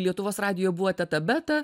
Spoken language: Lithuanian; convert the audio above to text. lietuvos radijo buvo teta beta